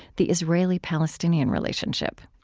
the israeli-palestinian relationship.